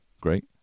great